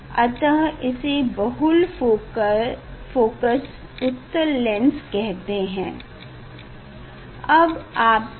अतः इसे बहुल फोकस उत्तल लेंस कहते हैं